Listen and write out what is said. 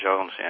Jones